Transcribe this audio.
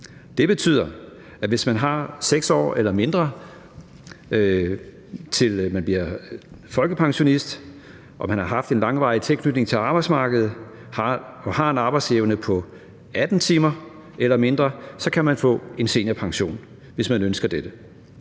Det betyder, at hvis der er 6 år eller derunder til, man bliver folkepensionist, og man har haft en langvarig tilknytning til arbejdsmarkedet og har en arbejdsevne på 18 timer eller mindre, så kan man få en seniorpension, hvis man ønsker dette.